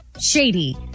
shady